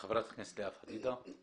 חברת הכנסת לאה פדידה.